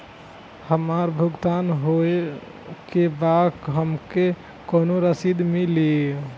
हमार भुगतान होबे के बाद हमके कौनो रसीद मिली?